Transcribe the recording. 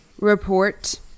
report